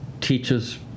teaches